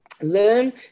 learn